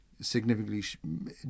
significantly